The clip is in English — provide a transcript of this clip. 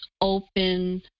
open